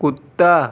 کتا